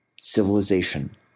Civilization